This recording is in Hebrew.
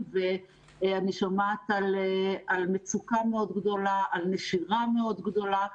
ואני שומעת על מצוקה גדולה מאוד ונשירה גדולה מאוד.